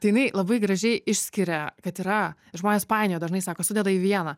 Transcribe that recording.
jinai labai gražiai išskiria kad yra žmonės painioja dažnai sako sudeda į vieną